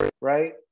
Right